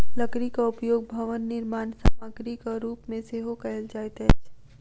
लकड़ीक उपयोग भवन निर्माण सामग्रीक रूप मे सेहो कयल जाइत अछि